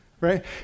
Right